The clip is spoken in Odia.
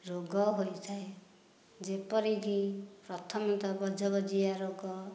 ରୋଗ ହୋଇଥାଏ ଯେପରି କି ପ୍ରଥମତଃ ଗଜଗଜିଆ ରୋଗ